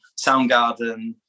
Soundgarden